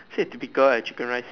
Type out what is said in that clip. I said typical right chicken rice